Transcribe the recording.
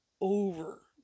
over